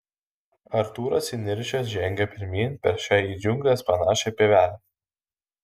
artūras įniršęs žengia pirmyn per šią į džiungles panašią pievelę